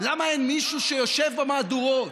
למה אין מישהו שיושב במהדורות?